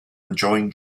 enjoying